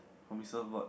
from his surfboard